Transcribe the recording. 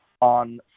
on